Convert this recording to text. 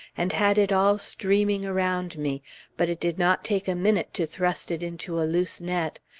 and had it all streaming around me but it did not take a minute to thrust it into a loose net.